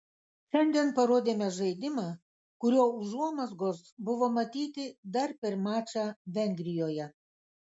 šiandien parodėme žaidimą kurio užuomazgos buvo matyti dar per mačą vengrijoje